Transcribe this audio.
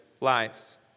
lives